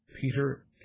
Peter